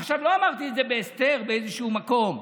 עכשיו, לא אמרתי את זה בהסתר באיזשהו מקום,